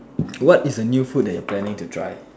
what is a new food you are planning to try